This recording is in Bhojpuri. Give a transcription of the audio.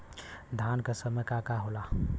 धान के समय का का होला?